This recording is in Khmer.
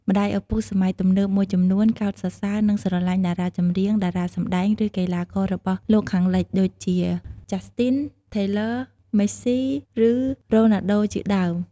ម្ដាយឪពុកសម័យទំនើបមួយចំនួនកោតសរសើរ និង ស្រឡាញ់តារាចម្រៀង តារាសម្ដែង ឬ កីឡាកររបស់លោកខាងលិច ដូចជា ចាស់ស្ទីន ថេលើ ម៊េសសុី ឬ រ៉ូណាល់ដូជាដើម។